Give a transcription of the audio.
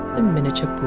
a miniature